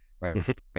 Right